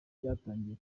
ryatangiye